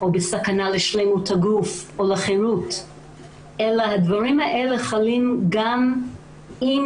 לסכנה לשלמות הגוף או לחרות אלא הדברים האלה חלים גם אם